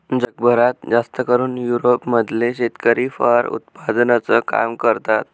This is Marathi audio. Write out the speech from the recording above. जगभरात जास्तकरून युरोप मधले शेतकरी फर उत्पादनाचं काम करतात